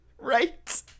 right